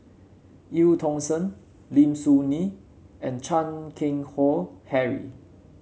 Eu Tong Sen Lim Soo Ngee and Chan Keng Howe Harry